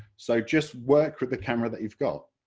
so just work with the camera that you've got.